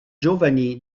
giovanni